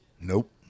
Nope